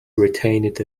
retained